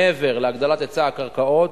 מעבר להגדלת היצע הקרקעות,